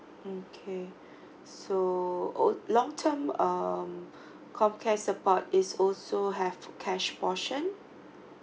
okay so al~ long term um homecare support is also have cash portion